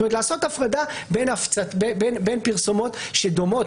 זאת אומרת, לעשות הפרדה בין פרסומות דומות.